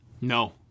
No